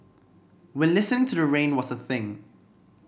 when listening to the rain was a thing